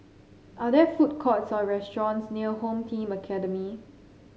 are there food courts or restaurants near Home Team Academy